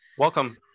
Welcome